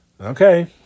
Okay